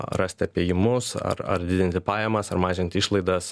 rast apėjimus ar ar didinti pajamas ar mažint išlaidas